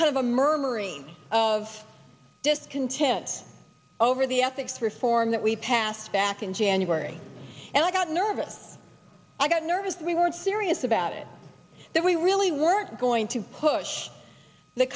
kind of a murmuring of discontent over the ethics reform that we passed back in january and i got nervous i got nervous we weren't serious about it that we really weren't going to push the